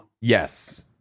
Yes